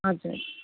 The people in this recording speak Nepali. हजुर